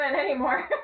anymore